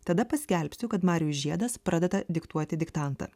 tada paskelbsiu kad marijus žiedas pradeda diktuoti diktantą